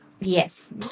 Yes